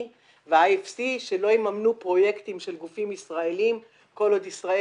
ו-IFC שלא יממנו פרויקטים של גופים ישראליים כל עוד ישראל